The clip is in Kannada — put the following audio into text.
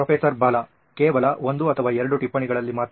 ಪ್ರೊಫೆಸರ್ ಬಾಲಾ ಕೇವಲ ಒಂದು ಅಥವಾ ಎರಡು ಟಿಪ್ಪಣಿಗಳಲ್ಲಿ ಮಾತ್ರ